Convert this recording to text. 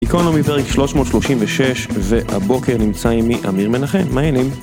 איקונומי פרק 336, והבוקר נמצא עם עמי אמיר מנחם. מה העניינים?